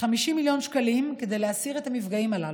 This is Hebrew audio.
50 מיליון שקלים כדי להסיר את המפגעים הללו.